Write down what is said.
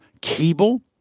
cable